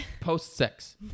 post-sex